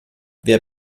wer